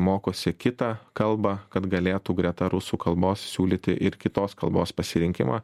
mokosi kitą kalbą kad galėtų greta rusų kalbos siūlyti ir kitos kalbos pasirinkimą